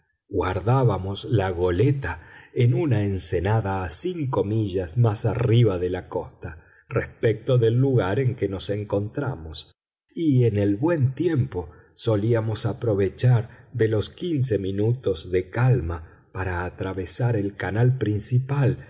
guardábamos la goleta en una ensenada a cinco millas más arriba de la costa respecto del lugar en que nos encontramos y en el buen tiempo solíamos aprovechar de los quince minutos de calma para atravesar el canal principal